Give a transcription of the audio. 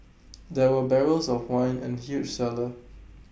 there were barrels of wine in the huge cellar